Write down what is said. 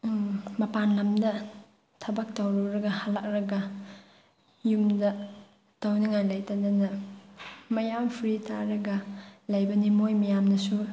ꯃꯄꯥꯟ ꯂꯝꯗ ꯊꯕꯛ ꯇꯧꯔꯨꯔꯒ ꯍꯜꯂꯛꯂꯒ ꯌꯨꯝꯗ ꯇꯧꯅꯤꯡꯉꯥꯏ ꯂꯩꯇꯗꯅ ꯃꯌꯥꯝ ꯐ꯭ꯔꯤ ꯇꯥꯔꯒ ꯂꯩꯕꯅꯤ ꯃꯣꯏ ꯃꯌꯥꯝꯅꯁꯨ